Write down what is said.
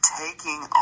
taking